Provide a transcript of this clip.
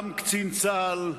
גם מקצין צה"ל,